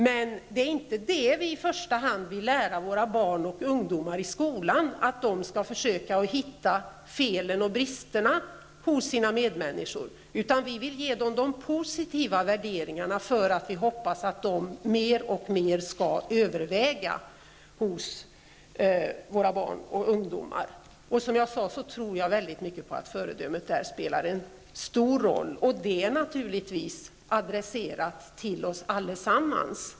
Men det vi i första hand vill lära våra barn i skolan är inte att de skall försöka hitta felen och bristerna hos sina medmänniskor, utan vi vill ge dem de positiva värderingarna för att vi hoppas att de mer och mer skall överväga hos dem. Som jag sade tror jag att föredömen där spelar en stor roll. Det är naturligtvis adresserat till oss allesammans.